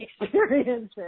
experiences